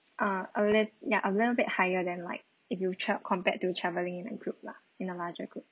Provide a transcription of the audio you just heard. ah a lit~ ya a little bit higher than like if you travel compared to you travelling in a group lah in a larger group